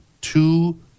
two